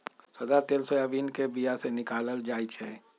सदा तेल सोयाबीन के बीया से निकालल जाइ छै